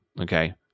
Okay